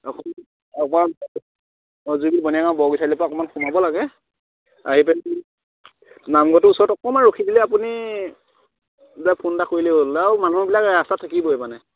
অঁ জুইবিল বনীয়া গাঁও বৰবিল চাৰিআলি পৰা অকণমান সোমাব লাগে আহিপেনি নামঘৰটো ওচৰত অকণমাণ ৰখি দিলে আপুনি ফোন এটা কৰিলে হ'ল আৰু মানুহবিলাক ৰাস্তাত থাকিবই মানে